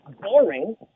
boring